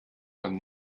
von